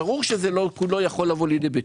ברור שזה לא בא לידי ביטוי.